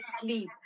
sleep